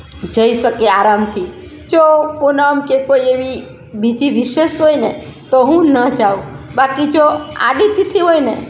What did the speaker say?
જઈ શકીએ આરામથી જો પૂનમ કે કોઈ એવી બીજી વિશેષ હોય ને તો હું ન જાઉં બાકી જો આડી તિથિ હોય ને